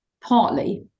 partly